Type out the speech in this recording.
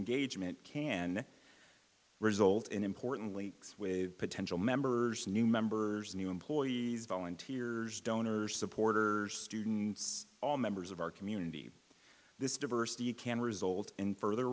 gage meant can result in importantly with potential members new members new employees volunteers donors supporters students all members of our community this diversity can result in further